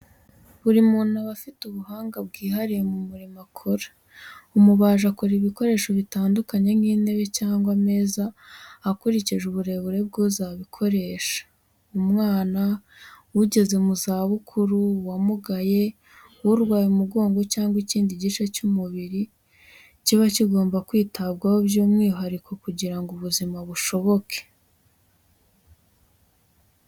Buri muntu aba afite ubuhanga bwihariye mu mirimo akora, umubaji akora ibikoresho bitandukanye, nk'intebe cyangwa ameza akurikije uburebure bw'uzabikoresha: umwana, ugeze mu zabukuru, uwamugaye, urwaye umugongo cyangwa ikindi gice cy'umubiri, kiba kigomba kwitabwaho by'umwihariko kugira ngo ubuzima bushoboke.